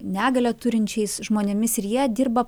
negalią turinčiais žmonėmis ir jie dirba